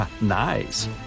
Nice